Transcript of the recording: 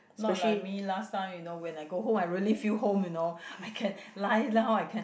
not like me last time you know when I go home I really feel home you know I can lie down I can